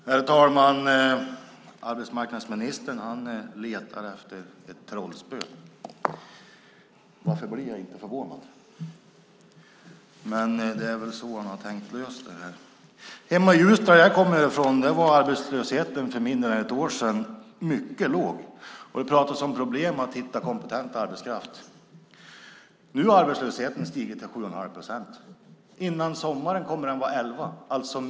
Herr talman! Arbetsmarknadsministern letar efter ett trollspö. Varför är jag inte förvånad? Det är väl så han har tänkt lösa detta. Hemma i Ljusdal var arbetslösheten för mindre än ett år sedan mycket låg. Det talades om problem att hitta kompetent arbetskraft. Nu har arbetslösheten stigit till 7 1⁄2 procent. Före sommaren kommer den att vara 11 procent.